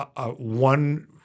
one